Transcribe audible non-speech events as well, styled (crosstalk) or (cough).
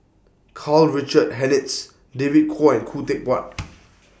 Karl Richard Hanitsch David Kwo and Khoo Teck Puat (noise)